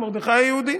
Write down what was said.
מרדכי היהודי.